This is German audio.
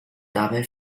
dabei